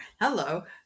Hello